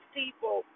people –